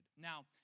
Now